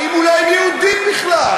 האם, אולי, הם יהודים בכלל?